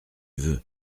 veut